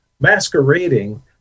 masquerading